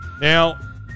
Now